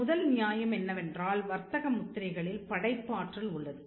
முதல் நியாயம் என்னவென்றால் வர்த்தக முத்திரைகளில் படைப்பாற்றல் உள்ளது